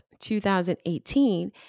2018